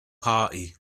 party